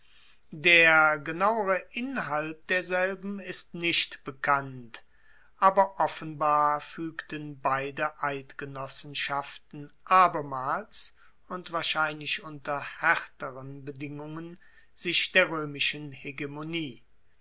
der genauere inhalt derselben ist nicht bekannt aber offenbar fuegten beide eidgenossenschaften abermals und wahrscheinlich unter haerteren bedingungen sich der roemischen hegemonie